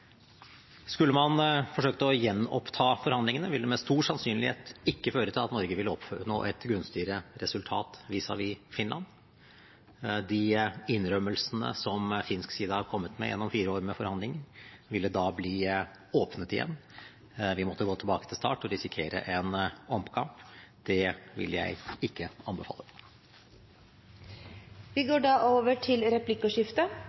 Skulle man forsøkt å gjenoppta forhandlingene, ville det med stor sannsynlighet ikke føre til at Norge ville oppnå et mer gunstig resultat vis-à-vis Finland. De innrømmelsene som finsk side har kommet med gjennom fire år med forhandlinger, ville da bli åpnet igjen. Vi måtte gått tilbake til start og risikert en omkamp. Det vil jeg ikke anbefale. Det blir replikkordskifte.